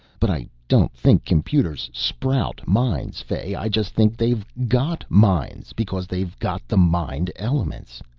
but i don't think computers sprout minds, fay. i just think they've got minds, because they've got the mind elements.